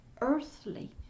earthly